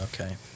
okay